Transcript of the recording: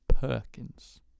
Perkins